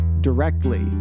directly